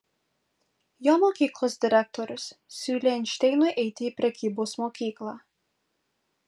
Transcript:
jo mokyklos direktorius siūlė einšteinui eiti į prekybos mokyklą